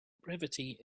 brevity